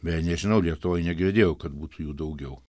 bet nežinau lietuvoj negirdėjau kad būtų jų daugiau